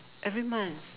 every month